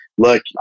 Look